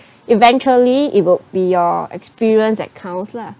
eventually it will be your experience that counts lah